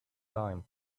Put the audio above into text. time